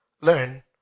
learn